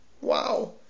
Wow